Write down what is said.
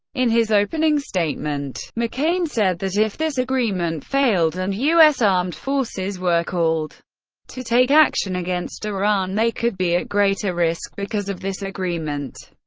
in his opening statement, mccain said that if this agreement failed and u s. armed forces were called to take action against iran, they could be at greater risk, because of this agreement.